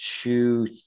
two